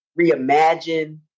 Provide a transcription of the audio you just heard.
reimagine